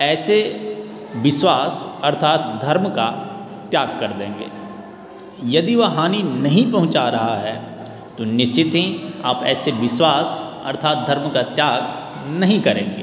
ऐसे विश्वास अर्थात धर्म का त्याग कर देंगे यदि वह हानि नहीं पहुँचा रहा है तो निश्चित ही आप ऐसे विश्वास अर्थात धर्म का त्याग नहीं करेंगे